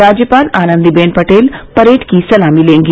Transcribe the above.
राज्यपाल आनन्दीबेन पटेल परेड की सलामी लेंगी